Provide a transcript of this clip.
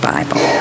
Bible